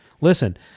Listen